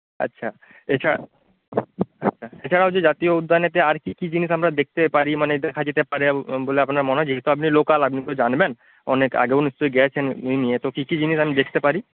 আচ্ছা এছাড়া হ্যাঁ এছাড়াও যে জাতীয় উদ্যানেতে আর কী কী জিনিস আমরা দেখতে পারি মানে দেখা যেতে পারে বলে আপনার মনে হয় যেহেতু আপনি লোকাল আপনি তো জানবেন অনেক আগেও নিশ্চয়ই গেছেন ইয়ে নিয়ে তো কী কী জিনিস আমি দেখতে পারি